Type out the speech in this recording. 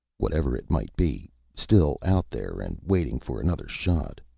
whatever it might be. still out there and waiting for another shot.